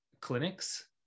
clinics